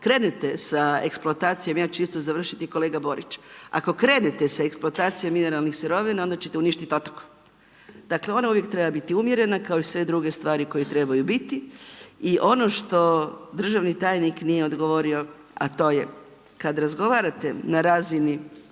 krenete sa eksploatacijom, ja ću isto završiti kolega Borić, ako krenete sa eksploatacijom mineralnih sirovina onda ćete uništit otok. Dakle ona uvijek treba biti umjerena kao i sve druge stvari koje trebaju bit. I ono što državni tajnik nije odgovorio, a to je kad razgovarate na razini